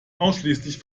ausschließlich